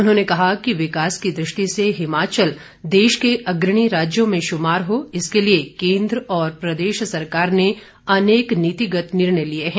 उन्होंन कहा कि विकास की दृष्टि से हिमाचल देश के अग्रणी राज्यों में शुमार हो इसके लिए केंद्र और प्रदेश सरकार ने अनेक नितिगत निर्णय लिए हैं